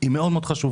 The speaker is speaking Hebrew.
היא מאוד חשובה.